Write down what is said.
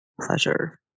pleasure